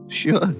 Sure